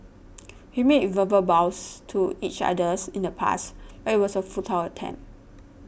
we made verbal vows to each others in the past but it was a futile attempt